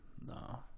no